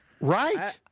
Right